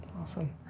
awesome